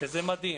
שזה מדהים.